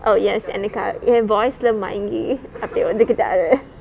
oh yes எனக்காக என்:enakaaga en voice லே மயங்கி அப்டியே ஒத்துக்கிட்டாரு:le mayangi apadiye othukittaru